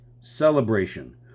celebration